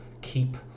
keep